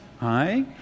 Hi